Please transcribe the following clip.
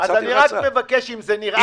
אז רק מבקש אם זה נראה נורמלי.